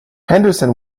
henderson